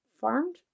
farmed